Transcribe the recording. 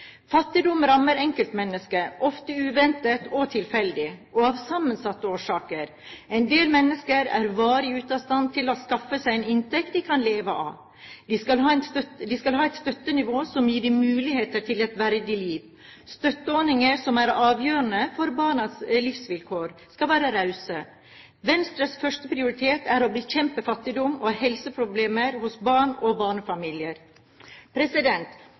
Fattigdom rammer enkeltmennesker – ofte uventet og tilfeldig, og av sammensatte årsaker. En del mennesker er varig ute av stand til å skaffe seg en inntekt de kan leve av. De skal ha et støttenivå som gir dem mulighet til et verdig liv. Støtteordninger som er avgjørende for barns livsvilkår, skal være rause. Venstres førsteprioritet er å bekjempe fattigdom og helseproblemer hos barn og barnefamilier.